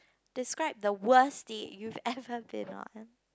describe the worst date you've ever been on